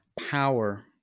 power